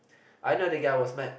I know the guy was mad